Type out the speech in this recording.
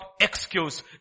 excuse